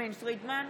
יסמין פרידמן,